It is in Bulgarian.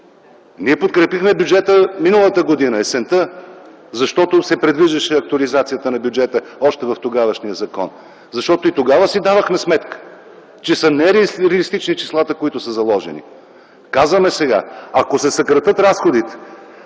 Ние подкрепихме бюджета есента миналата година, защото се предвиждаше актуализацията а бюджета още в тогавашния закон. Защото и тогава си давахме сметка, че са нереалистични числата, които са заложени. Сега казваме, че ако се съкратят разходите,